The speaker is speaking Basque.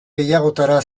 gehiagotara